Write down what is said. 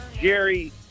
jerry